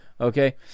okay